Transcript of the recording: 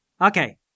Okay